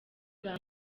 bwa